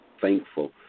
thankful